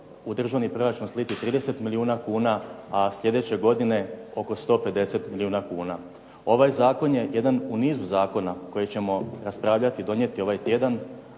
državni proračun sliti 30 milijuna kuna, a slijedeće godine oko 150 milijuna kuna. Ovaj zakon je jedan u nizu zakona o kojima ćemo raspravljati i donijeti ovaj tjedan,